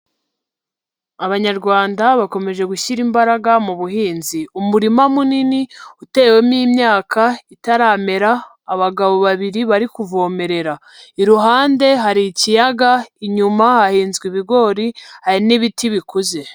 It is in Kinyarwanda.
Abanyarwanda bakomeje gushyira imbaraga mu buhinzi. Umurima munini utewemo imyaka itaramera, abagabo babiri bari kuvomerera. Iruhande hari ikiyaga, inyuma hahinzwe ibigori hari n'ibiti bikuze.